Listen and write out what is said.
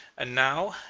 and now,